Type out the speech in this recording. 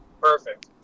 Perfect